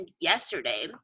yesterday